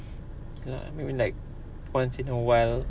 ya I mean like once in a while